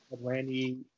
Randy